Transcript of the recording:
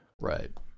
right